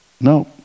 No